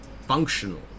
functional